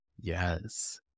Yes